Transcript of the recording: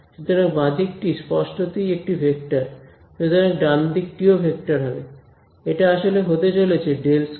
সুতরাং বাঁদিকটি স্পষ্টতই একটি ভেক্টর সুতরাং ডানদিক টি ও ভেক্টর হবে